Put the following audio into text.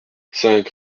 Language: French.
cinq